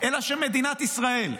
אלא שמדינת ישראל,